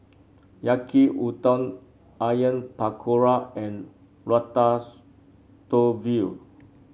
Yaki Udon Onion Pakora and